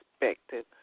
expected